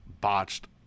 botched